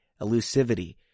elusivity